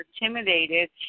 intimidated